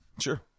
Sure